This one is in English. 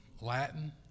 Latin